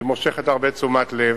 שמושכת הרבה תשומת לב,